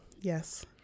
Yes